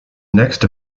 next